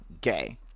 gay